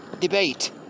debate